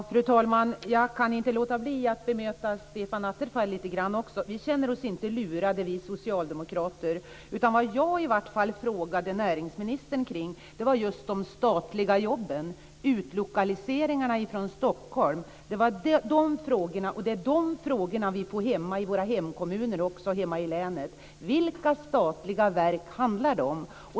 Fru talman! Jag kan inte låta bli att bemöta Stefan Attefall lite grann. Vi socialdemokrater känner oss inte lurade. Vad jag frågade näringsministern kring var de statliga jobben, utlokaliseringarna från Stockholm. Det var de frågorna, och det är de frågorna vi får hemma i våra hemkommuner och också hemma i länet. Vilka statliga verk handlar det om?